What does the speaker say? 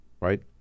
right